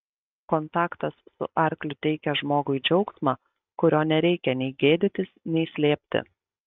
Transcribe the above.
kontaktas su arkliu teikia žmogui džiaugsmą kurio nereikia nei gėdytis nei slėpti